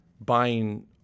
buying